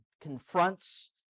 confronts